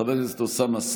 חבר הכנסת ניצן הורוביץ,